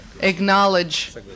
acknowledge